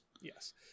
Yes